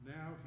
Now